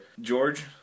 George